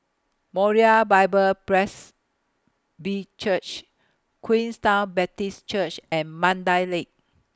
Moriah Bible Presby Church Queenstown Baptist Church and Mandai Lake